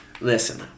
Listen